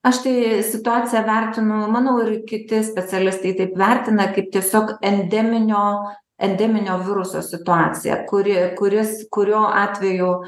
aš tai situaciją vertinu manau ir kiti specialistai taip vertina kaip tiesiog endeminio endeminio viruso situaciją kuri kuris kurio atveju